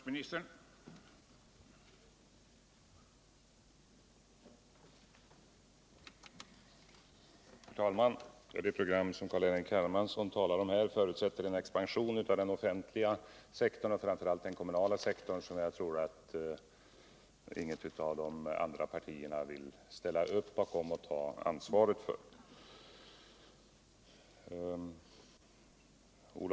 Herr talman! Det program som Carl-Henrik Hermansson talar om förutsätter en expansion av den offentliga sektorn, och framför allt den kommunala sektorn, som jag tror att inget av de andra partierna vill ställa upp bakom och ta ansvaret för.